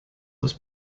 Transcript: was